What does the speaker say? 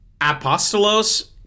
Apostolos